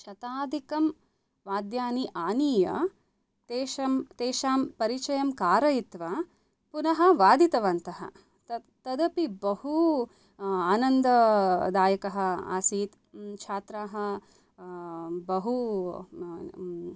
शताधिकं वाद्यानि आनीय तेषां परिचयं कारयित्वा पुनः वादितवन्तः तदपि बहु आनन्ददायकः आसीत् छात्राः बहु